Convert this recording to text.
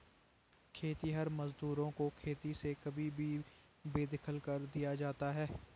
खेतिहर मजदूरों को खेती से कभी भी बेदखल कर दिया जाता है